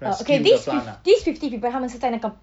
uh okay this fif~ this fifty people 他们是在那个